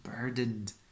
burdened